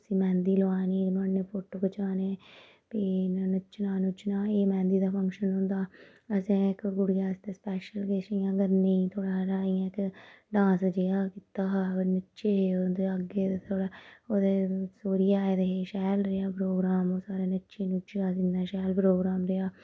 उसी मैंह्दी लोआनी नुहाड़े ने फोटो खचाने फ्ही नच्चना नुच्चना एह् मैंह्दी दा फंगशन होंदा असें इक कुड़ियै आस्तै स्पैशल किश इयां करने ई थोह्ड़ा हारा इ'यां इक डांस जेहा कीता हा नच्चे हे ओह्दे अग्गें थोह्ड़ा ओह्दे सौह्रिये आए दे हे शैल रेहा प्रोग्राम ओह् नच्चे नुच्चे अस इन्ना शैल प्रोग्राम रेहा